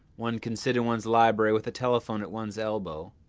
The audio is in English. one can sit in one's library with a telephone at one's elbow,